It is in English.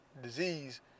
disease